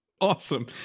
Awesome